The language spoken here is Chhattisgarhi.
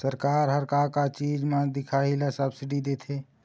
सरकार का का चीज म दिखाही ला सब्सिडी देथे?